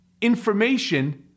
information